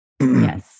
yes